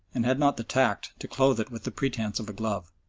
and had not the tact to clothe it with the pretence of a glove.